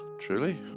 truly